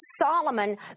Solomon